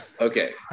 Okay